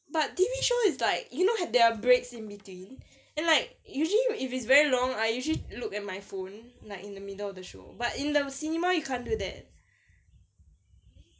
but T_V show is like you know have their breaks in between and like usually you if it's very long I usually look at my phone like in the middle of the show but in the cinema you can't do that